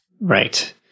Right